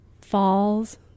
falls